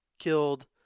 killed